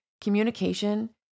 communication